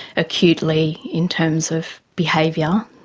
acutely, in terms of behaviour,